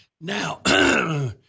Now